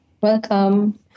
Welcome